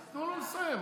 אז תנו לו לסיים.